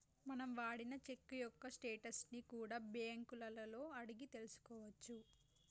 మనం వాడిన చెక్కు యొక్క స్టేటస్ ని కూడా బ్యేంకులలో అడిగి తెల్సుకోవచ్చు